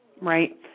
right